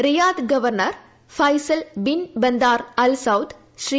Riyadh governor Faisal bin Bandar Al Saud Shri